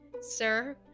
Sir